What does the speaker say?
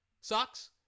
Sucks